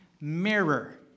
mirror